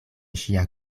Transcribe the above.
ŝia